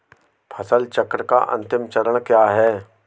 फसल चक्र का अंतिम चरण क्या है?